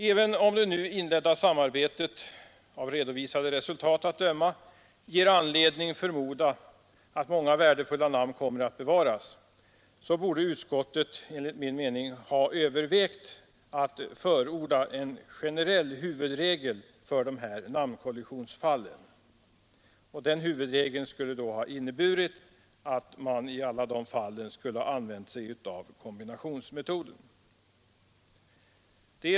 Även om det nu inledda samarbetet, av redovisade resultat att döma, ger anledning förmoda att många värdefulla namn kommer att bevaras, borde utskottet enligt min mening ha övervägt att förorda en generell huvudregel för namnkollisionsfallen, och den huvudregeln skulle ha inneburit att man i alla de fallen skulle ha använt sig av kombinationsmetoden.